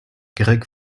greg